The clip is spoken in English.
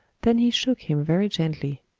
then he shook him very gently.